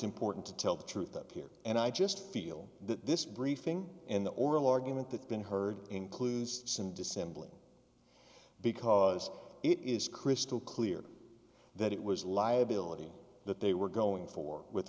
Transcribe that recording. important to tell the truth up here and i just feel that this briefing and the oral argument that's been heard includes some dissembling because it is crystal clear that it was liability that they were going for with